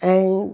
ऐं